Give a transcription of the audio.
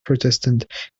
protestant